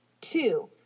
two